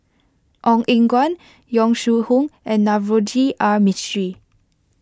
Ong Eng Guan Yong Shu Hoong and Navroji R Mistri